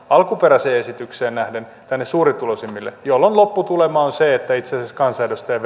alkuperäiseen esitykseen nähden enemmän hyötyä tänne suurituloisimmille jolloin lopputulema on se että itse asiassa kansanedustajan